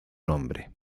nombre